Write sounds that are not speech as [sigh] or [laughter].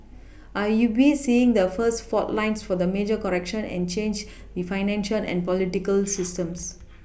are you we seeing the first fault lines of the major correction and change I financial and political systems [noise]